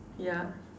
ya